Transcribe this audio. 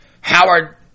Howard